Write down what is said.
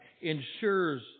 ensures